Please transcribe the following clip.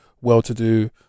well-to-do